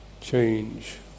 change